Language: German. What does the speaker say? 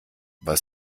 was